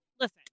Listen